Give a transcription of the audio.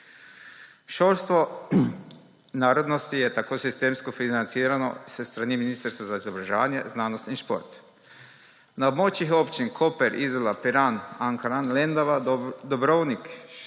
Šolstvo narodnosti je tako sistemsko financirano s strani Ministrstva za izobraževanje, znanost in šport. Na območjih občin Koper, Izola, Piran, Ankaran, Lendava, Dobrovnik, Šalovci,